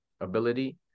ability